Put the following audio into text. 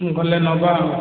ଗଲେ ନେବା ଆଉ